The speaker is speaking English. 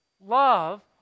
Love